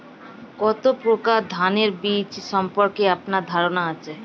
কত প্রকার ধানের বীজ সম্পর্কে আপনার ধারণা আছে?